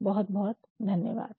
बहुत बहुत धन्यवाद्